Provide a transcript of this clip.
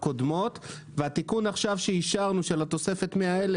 הקודמות; והתיקון עכשיו שאישרנו של התוספת 100,000,